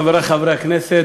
חברי חברי הכנסת,